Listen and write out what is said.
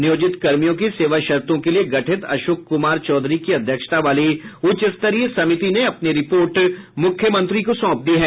नियोजित कर्मियों की सेवा शर्तों के लिए गठित अशोक कुमार चौधरी की अध्यक्षता वाली उच्च स्तरीय समिति ने अपनी रिपोर्ट मुख्यमंत्री को सौंप दी है